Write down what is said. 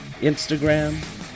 Instagram